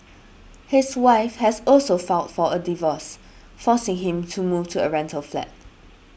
his wife has also filed for a divorce forcing him to move to a rental flat